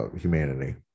humanity